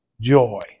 joy